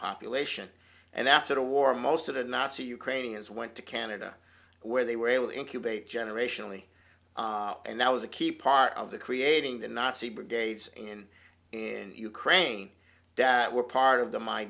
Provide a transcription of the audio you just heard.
population and after the war most of the nazi ukrainians went to canada where they were able incubate generationally and that was a key part of the creating the nazi brigades in in ukraine that were part of the my